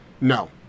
No